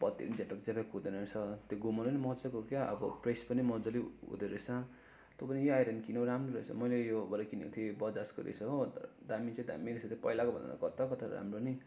बत्ती पनि झ्यापाक झ्यापाक हुँदैन रहेछ त्यो घुमाउने पनि मजाको क्या अब प्रेस पनि मजाले हुँदो रहेछ तँ पनि यही आइरन किन् राम्रो रहेछ मैले योवाला किनेको थिएँ बजाजको रहेछ हो दामी चाहिँ दामी रहेछ पहिलाकोभन्दा कत्ता हो कत्ता राम्रो नि